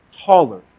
Taller